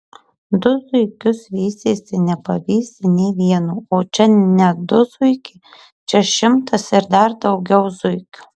du zuikius vysiesi nepavysi nė vieno o čia ne du zuikiai čia šimtas ir dar daugiau zuikių